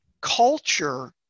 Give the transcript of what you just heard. culture